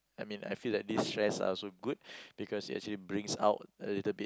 I mean I feel that this stress are also good because it actually brings out a little bit